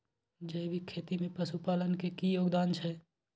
जैविक खेती में पशुपालन के की योगदान छै?